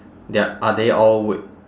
they're are they all w~